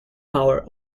power